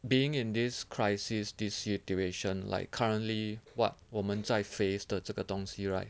being in this crisis this situation like currently what 我们在 faced 的这个东西 right